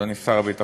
אדוני שר הביטחון,